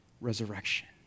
resurrection